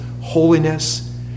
holiness